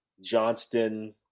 Johnston